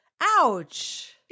Ouch